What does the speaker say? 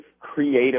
creative